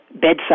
bedside